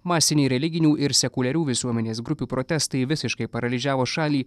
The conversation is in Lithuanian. masiniai religinių ir sekuliarių visuomenės grupių protestai visiškai paralyžiavo šalį